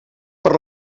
per